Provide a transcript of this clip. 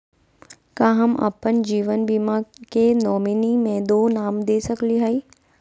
का हम अप्पन जीवन बीमा के नॉमिनी में दो नाम दे सकली हई?